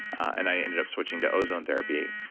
and i ended up switching to ozone therapy.